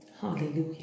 Hallelujah